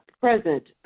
present